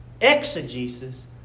exegesis